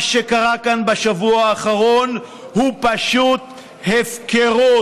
מה שקרה כאן בשבוע האחרון הוא פשוט הפקרות.